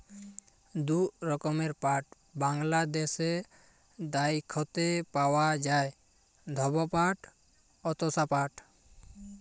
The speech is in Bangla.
দু রকমের পাট বাংলাদ্যাশে দ্যাইখতে পাউয়া যায়, ধব পাট অ তসা পাট